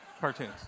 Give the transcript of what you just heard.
cartoons